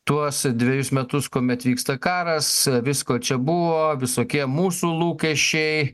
tuos dvejus metus kuomet vyksta karas visko čia buvo visokie mūsų lūkesčiai